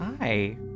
Hi